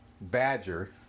badger